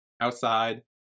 outside